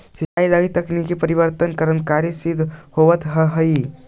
सिंचाई लगी तकनीकी परिवर्तन बहुत क्रान्तिकारी सिद्ध होवित हइ